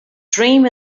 dream